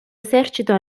esercito